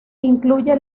incluye